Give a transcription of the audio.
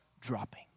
dropping